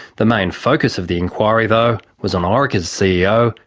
the main focus of the inquiry, though, was on orica's ceo,